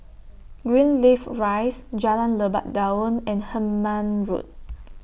Greenleaf Rise Jalan Lebat Daun and Hemmant Road